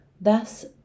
Thus